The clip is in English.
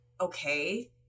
okay